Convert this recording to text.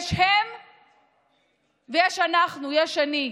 יש הם ויש אנחנו, יש אני,